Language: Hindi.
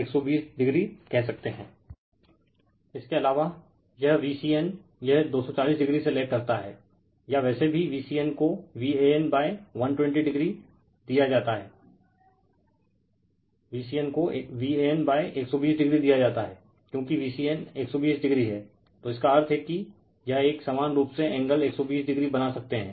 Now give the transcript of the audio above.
Refer Slide Time 1337 इसके अलावा यह Vcn यह 240o से लेग करता हैं या वैसे भी Vcn को Van120o दिया जाता हैं क्योकि Vcn 120o हैं तो इसका अर्थ हैं कि यह एक समान रूप से एंगल 120o बना सकते हैं